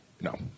No